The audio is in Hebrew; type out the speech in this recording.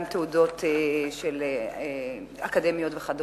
עם תעודות אקדמיות וכדומה.